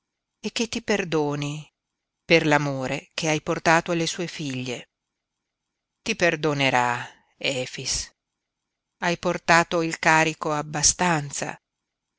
e che ti perdoni per l'amore che hai portato alle sue figlie ti perdonerà efix hai portato il carico abbastanza